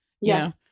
Yes